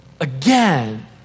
again